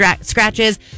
scratches